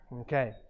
Okay